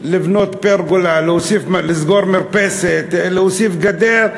לבנות פרגולה, להוסיף, לסגור מרפסת, להוסיף גדר.